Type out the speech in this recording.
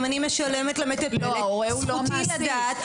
אני משלמת למטפלת זכותי לדעת.